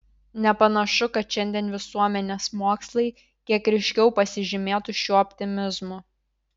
nepanašu kad šiandien visuomenės mokslai kiek ryškiau pasižymėtų šiuo optimizmu